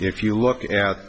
if you look at